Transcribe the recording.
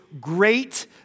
great